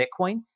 Bitcoin